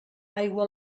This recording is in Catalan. aigua